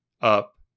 up